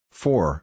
four